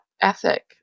ethic